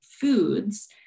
foods